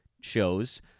shows